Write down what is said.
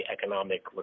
economic